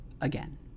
again